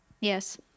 Yes